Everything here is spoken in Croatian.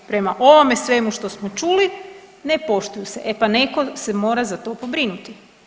Prema ovome svemu što smo čuli ne poštuju se, e pa neko se mora za to pobrinuti.